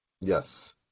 Yes